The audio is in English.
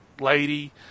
lady